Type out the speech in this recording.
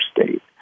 state